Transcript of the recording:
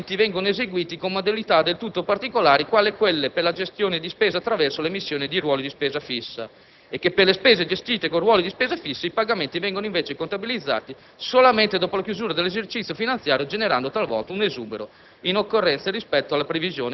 da spese i cui pagamenti vengono eseguiti con modalità del tutto particolari, quali quelle per la gestione di spesa attraverso l'emissione di ruoli di spesa fissa e che per le spese gestite con ruoli di spesa fissa i pagamenti vengono invece contabilizzati solamente dopo la chiusura dell'esercizio finanziario, generando talvolta un esubero